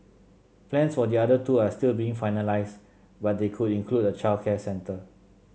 plans for the other two are still being finalised but they could include a childcare centre